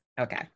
Okay